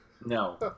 No